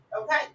okay